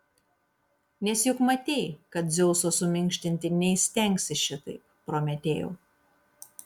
nes juk matei kad dzeuso suminkštinti neįstengsi šitaip prometėjau